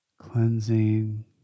cleansing